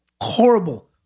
horrible